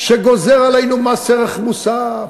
שגוזר עלינו מס ערך מוסף.